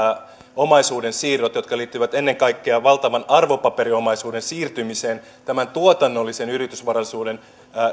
omaisuudensiirtoihin jotka liittyvät ennen kaikkea valtavan arvopaperiomaisuuden siirtymiseen tuotannollisen yritysvarallisuuden